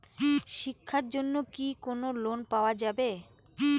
শিক্ষার জন্যে কি কোনো লোন পাওয়া যাবে?